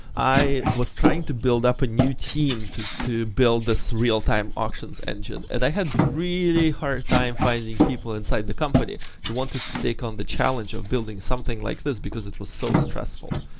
i was trying to build up a new team to to build this real-time auctions engine and i have really hard time finding people inside the company who wanted to take on the challenge of building something like this because it was so stressful.